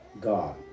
God